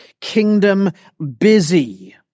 kingdom-busy